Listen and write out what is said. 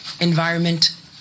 environment